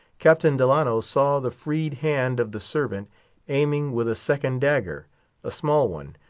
captain delano saw the freed hand of the servant aiming with a second dagger a small one,